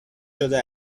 شده